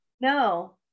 no